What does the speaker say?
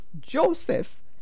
Joseph